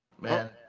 Man